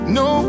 no